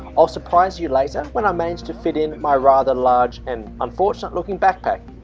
i'll surprise you later when i manage to fit in my rather large and unfortunate looking backpack